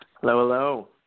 hello